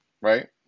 right